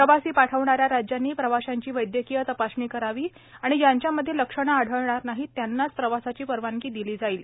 प्रवासी पाठवणाऱ्या राज्यांनी प्रवाश्यांची वैदयकीय तपासणी करावी आणि ज्यांच्यामध्ये लक्षणे आढळणार नाहीत त्यांनाच प्रवासाची परवानगी दिली जाईल